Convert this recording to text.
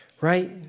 right